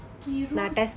okay rules